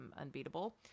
unbeatable